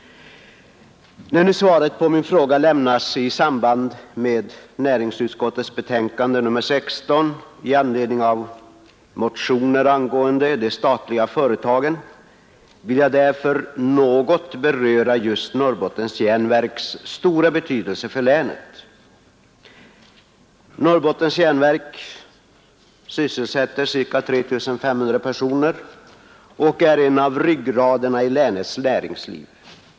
När nu svaret på min fråga lämnas i samband med behandlingen av näringsutskottets betänkande nr 16 i anledning av motioner angående de statliga företagen vill jag något beröra just Norrbottens järnverks stora betydelse för länet. Norrbottens järnverk sysselsätter ca 3 500 personer och är en av ryggraderna i länets näringsliv.